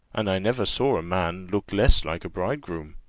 and i never saw a man look less like a bridegroom.